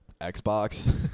Xbox